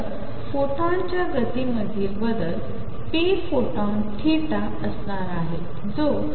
तर फोटॉनच्यागतीमधीलबदलpphotonअसणारआहे जोpphotonafआहे